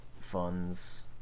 funds